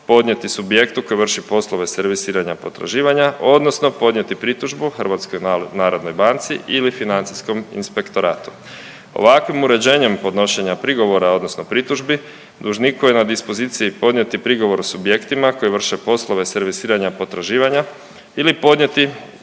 podnijeti subjektu koje vrši poslove servisiranja i potraživanja odnosno podnijeti pritužbu HNB-u ili financijskom inspektoratu. Ovakvim uređenjem podnošenja prigovora odnosno pritužbeni dužniku je na dispoziciji podnijeti prigovor o subjektima koji vrše poslove servisiranja potraživanja ili podnijeti